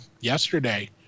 yesterday